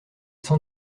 sans